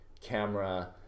camera